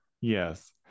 Yes